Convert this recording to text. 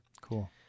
Cool